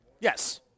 Yes